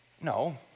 No